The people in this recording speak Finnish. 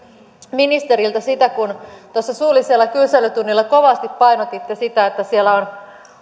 ministeriltä siitä kun tuossa suullisella kyselytunnilla kovasti painotitte sitä että siellä vanhustenhoidossa on